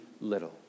little